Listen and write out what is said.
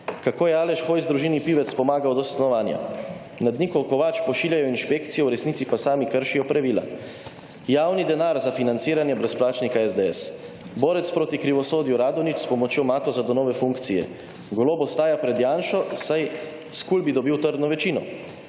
Kako je Aleš Hojs družini Pivec pomagal do stanovanja. Nad Niko Kovač pošiljajo inšpekcijo, v resnici pa sami kršijo pravila. Javni denar za financiranje brez plačnika(?) SDS. Borec proti krivosodju, Radonič, s pomočjo Matoza do nove funkcije. Golob ostaja pred Janšo, saj s KUL bi dobil trdno večino.